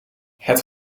het